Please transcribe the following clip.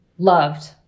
Loved